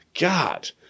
God